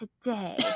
today